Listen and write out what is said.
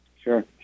Sure